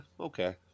okay